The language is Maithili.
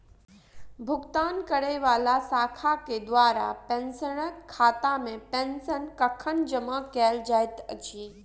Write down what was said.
भुगतान करै वला शाखा केँ द्वारा पेंशनरक खातामे पेंशन कखन जमा कैल जाइत अछि